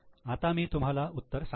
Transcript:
आता मी तुम्हाला उत्तर सांगतो